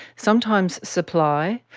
sometimes supply,